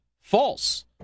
false